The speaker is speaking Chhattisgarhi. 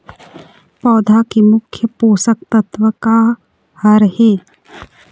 पौधा के मुख्य पोषकतत्व का हर हे?